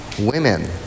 women